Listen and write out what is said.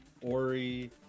Ori